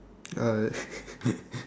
uh